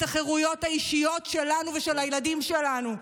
את החירויות האישיות שלנו ושל הילדים שלנו.